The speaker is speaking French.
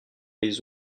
les